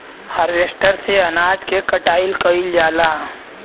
harvester से अनाज के कटाई कइल जाला